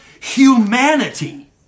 Humanity